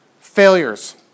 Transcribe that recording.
failures